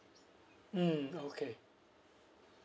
mm okay